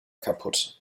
kaputt